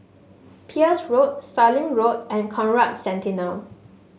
Peirce Road Sallim Road and Conrad Centennial